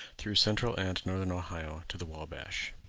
through central and northern ohio to the wabash.